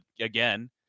again